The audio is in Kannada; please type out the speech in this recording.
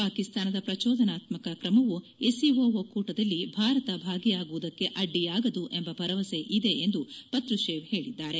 ಪಾಕಿಸ್ತಾನದ ಪ್ರಚೋದನಾತ್ಮಕ ಕ್ರಮವು ಎಸ್ಸಿಒ ಒಕ್ಕೂಟದಲ್ಲಿ ಭಾರತ ಭಾಗಿಯಾಗುವುದಕ್ಕೆ ಅಡ್ಡಿಯಾಗದು ಎಂಬ ಭರವಸೆ ಇದೆ ಎಂದು ಪತ್ರುಶೇವ್ ತಿಳಿಸಿದ್ದಾರೆ